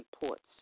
reports